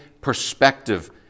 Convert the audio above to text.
perspective